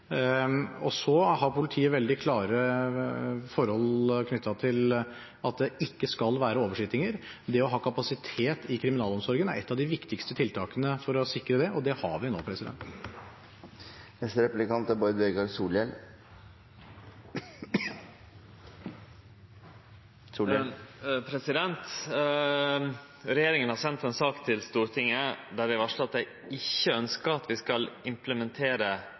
har også veldig klare forhold knyttet til at det ikke skal være oversittinger. Det å ha kapasitet i kriminalomsorgen er et av de viktigste tiltakene for å sikre det, og det har vi nå. Regjeringa har sendt ei sak til Stortinget der det er varsla at dei ikkje ønskjer at vi skal implementere